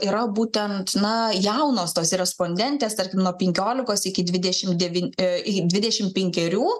yra būtent na jaunos tos respondentės tarkim nuo penkiolikos iki dvidešimt devyn į dvidešimt penkerių